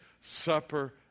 supper